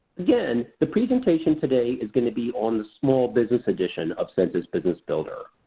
again, the presentation today is going to be on the small business edition of census business builder.